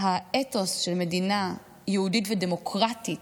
האתוס של מדינה יהודית ודמוקרטית,